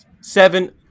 Seven